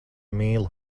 mīlu